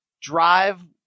Drive